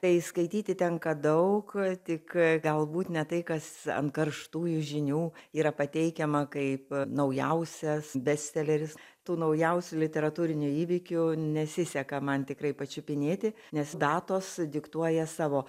tai skaityti tenka daug tik galbūt ne tai kas ant karštųjų žinių yra pateikiama kaip naujausias bestseleris tų naujausių literatūrinių įvykių nesiseka man tikrai pačiupinėti nes datos diktuoja savo